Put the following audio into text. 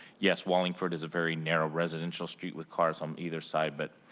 yes. wallingford is a very narrow residential street with cars on either side, but